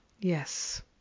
Yes